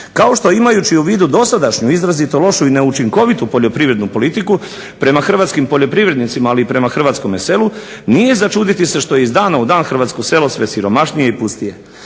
kao što je imajući u vidu dosadašnju izrazito lošu i neučinkovitu poljoprivrednu politiku prema hrvatskim poljoprivrednicima ali prema hrvatskom selu nije za čuditi se što je iz dana u dan hrvatsko selo sve siromašnije i pustije.